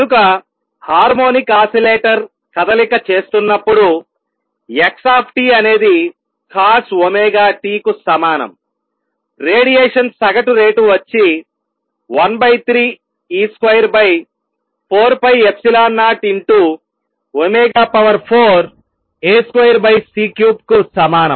కనుక harmonic oscillator కదలిక చేస్తున్నప్పుడు x అనేది cosωt కు సమానం రేడియేషన్ సగటు రేటు వచ్చి 13 e2 4ε0ω4 A2 C3 కు సమానం